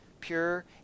pure